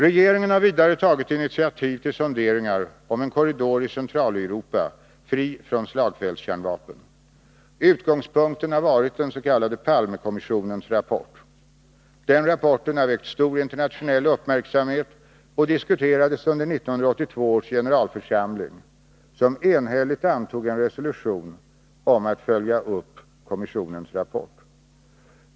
Regeringen har vidare tagit initiativ till sonderingar om en korridor i Centraleuropa, fri från slagfältskärnvapen. Utgångspunkten har varit den s.k. Palmekommissionens rapport. Denna rapport har väckt stor internationell uppmärksamhet och diskuterades under 1982 års generalförsamling, som enhälligt antog en resolution om att följa upp kommissionens rapport.